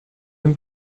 même